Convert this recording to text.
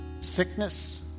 sickness